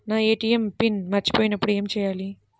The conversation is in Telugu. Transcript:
నా ఏ.టీ.ఎం పిన్ మరచిపోయినప్పుడు ఏమి చేయాలి?